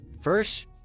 first